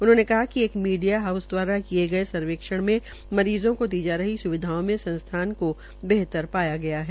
उन्होंने कहा कि मीडिया हाउस दवारा किये गये सर्वेक्षण में मरीज़ो को जा दी जा रही सुविधाओं में संस्थान को बेहतर पाया गया है